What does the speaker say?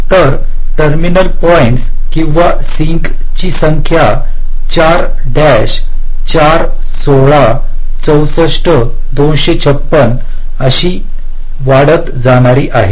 तर terminal points किंवा सिंकची संख्या 4 4 16 64 256 आणि अशी वाढत जाणारी आहे